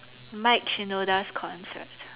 Mike Shinoda's concert